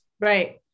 Right